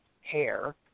hair